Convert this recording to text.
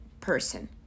person